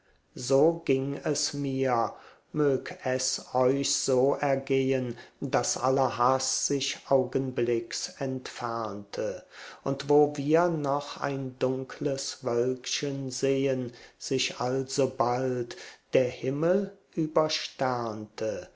so ging es mir mög es euch so ergehen daß aller haß sich augenblicks entfernte und wo wir noch ein dunkles wölkchen sehen sich alsobald der himmel